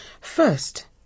First